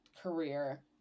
career